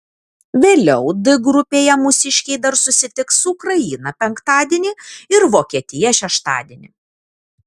vėliau d grupėje mūsiškiai dar susitiks su ukraina penktadienį ir vokietija šeštadienį